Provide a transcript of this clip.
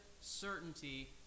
certainty